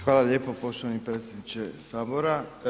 Hvala lijepo poštovani predsjedniče Sabora.